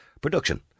Production